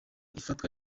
ifatwa